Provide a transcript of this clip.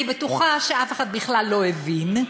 אני בטוחה שאף אחד בכלל לא הבין.